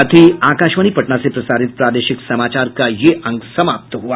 इसके साथ ही आकाशवाणी पटना से प्रसारित प्रादेशिक समाचार का ये अंक समाप्त हुआ